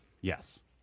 Yes